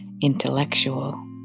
intellectual